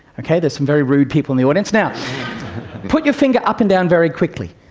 okay, there's some very rude people in the audience. now put your finger up and down very quickly.